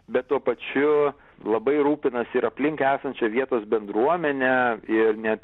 bet tuo pačiu labai rūpinasi ir aplink esančia vietos bendruomene ir net